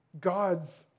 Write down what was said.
God's